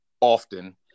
often